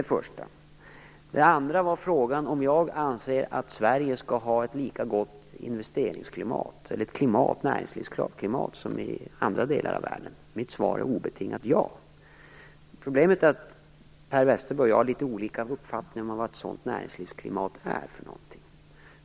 Per Westerberg frågade också om jag anser att Sverige skall ha ett lika gott näringslivsklimat som andra delar av världen. Mitt svar är obetingat ja. Problemet är att Per Westerberg och jag har litet olika uppfattning om vad ett sådant näringslivsklimat är.